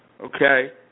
Okay